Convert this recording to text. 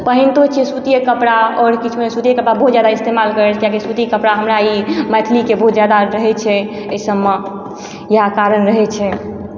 पहिनतो छियै सुतिये कपड़ा आओर किछो नहि सुतिये कपड़ा बहुत जादा इस्तेमाल करै छियै किएकि सुती कपड़ा हमरा ई मैथिली के बहुत ज्यादा रहै छै अइ सभमऽ इएह कारण रहै छै